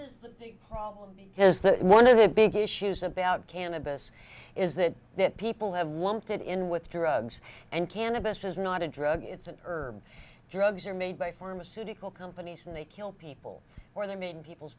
is the problem is that one of the big issues about cannabis is that people have lumped it in with drugs and cannabis is not a drug it's an herb drugs are made by pharmaceutical companies and they kill people or them in people's